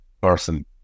person